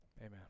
amen